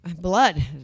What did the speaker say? Blood